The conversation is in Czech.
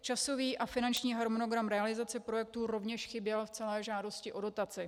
Časový a finanční harmonogram realizace projektu rovněž chyběl v celé žádosti o dotaci.